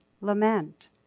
lament